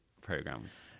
programs